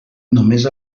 només